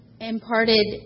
imparted